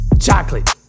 chocolate